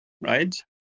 right